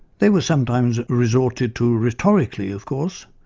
they were sometimes resorted to rhetorically, of course,